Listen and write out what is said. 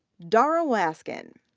darah washkin,